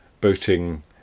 boating